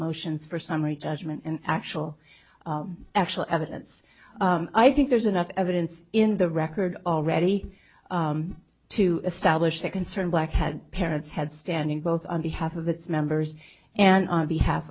motions for summary judgment and actual actual evidence i think there's enough evidence in the record already to establish that concern black had parents had standing both on behalf of its members and on behalf